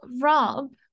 Rob